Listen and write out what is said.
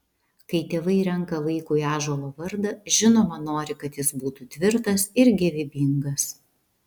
kai tėvai renka vaikui ąžuolo vardą žinoma nori kad jis būtų tvirtas ir gyvybingas